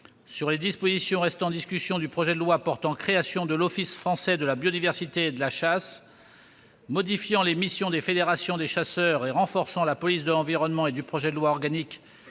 sur les dispositions restant en discussion du projet de loi portant création de l'Office français de la biodiversité et de la chasse, modifiant les missions des fédérations des chasseurs et renforçant la police de l'environnement, ainsi que du projet de loi organique